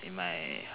in my